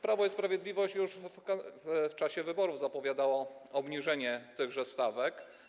Prawo i Sprawiedliwość już w czasie wyborów zapowiadało obniżenie tychże stawek.